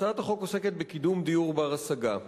הצעת החוק עוסקת בקידום דיור בר-השגה.